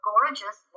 gorgeous